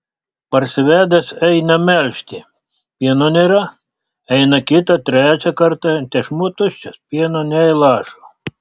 parsivedęs eina melžti pieno nėra eina kitą trečią kartą tešmuo tuščias pieno nė lašo